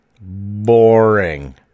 Boring